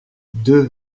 deux